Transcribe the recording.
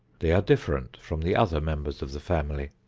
they are different from the other members of the family.